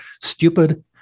stupid